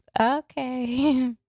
Okay